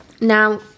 Now